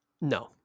no